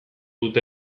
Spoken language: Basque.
dute